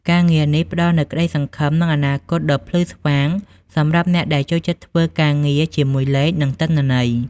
ការងារនេះផ្តល់នូវក្តីសង្ឃឹម និងអនាគតដ៏ភ្លឺស្វាងសម្រាប់អ្នកដែលចូលចិត្តធ្វើការងារជាមួយលេខ និងទិន្នន័យ។